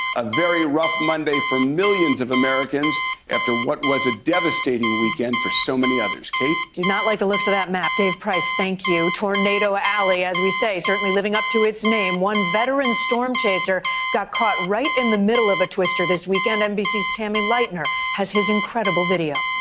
a very rough monday for millions of americans after what was a devastating weekend for so many others. kate? do not like the looks of that map. dave price, thank you. tornado alley, as we say, living up to its name. one veteran storm chaser got caught right in the middle of a twister this weekend. nbc's tammy leitner has his incredible video.